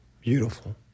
beautiful